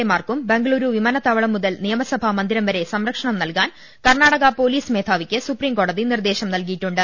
എമാർക്കും ബംഗുളൂരു വിമാനത്താവളം മുതൽ നിയമസഭാ മന്ദിരം വരെ സംരക്ഷണം നൽകാൻ കർണാടക പൊലീസ് മേധാവിക്ക് സുപ്രീം കോടതി നിർദേശം നൽകിയിട്ടുണ്ട്